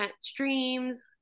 streams